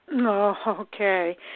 Okay